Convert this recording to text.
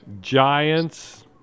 Giants